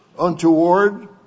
untoward